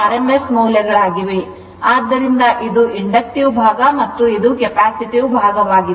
ಎಲ್ಲವೂ rms ಮೌಲ್ಯಗಳಾಗಿವೆ ಆದ್ದರಿಂದ ಇದು inductive ಭಾಗ ಮತ್ತು ಇದು ಕೆಪ್ಯಾಸಿಟಿವ್ ಭಾಗವಾಗಿದೆ